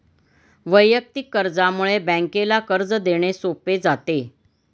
वैयक्तिक कर्जामुळे बँकेला कर्ज देणे सोपे जाते